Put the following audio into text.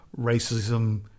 racism